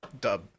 Dub